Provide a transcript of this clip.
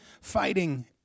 fighting